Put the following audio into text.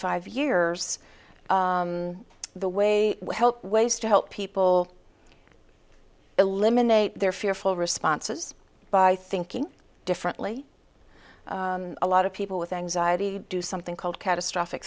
five years the way help ways to help people eliminate their fearful responses by thinking differently a lot of people with anxiety do something called catastrophic